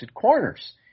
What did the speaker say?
corners